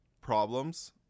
problems